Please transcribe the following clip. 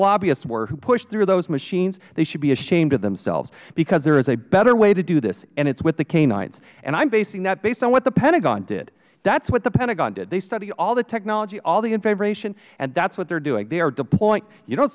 lobbyists were that pushed through those machines they should be ashamed of themselves because there is a better way to do this and it is with the ks and i'm basing that based on what the pentagon did that's what the pentagon did they studied all the technology all the information and that is what they are doing they are deployingh you don't